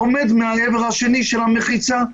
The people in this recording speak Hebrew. עומד מהעבר השני של המחיצה,